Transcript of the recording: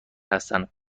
هستند